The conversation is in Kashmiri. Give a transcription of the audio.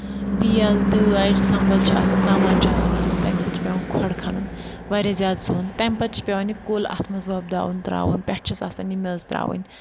بیل دٲج سَمبَل چھُ آسان سامان چھُ آسان اَنُن تَمہِ سۭتۍ چھُ پیوان کھۄڈ کھَنُن واریاہ زیادٕ سروٚن تَمہِ پَتہٕ چھُ پیٚوان یہِ کُل اَتھ منٛز وۄپداوُن ترٛاوُن پؠٹھ چھَس آسان یہِ میژٕ تراوٕنۍ